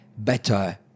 Better